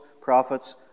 prophets